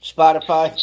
Spotify